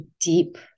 deep